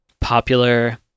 popular